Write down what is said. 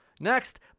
Next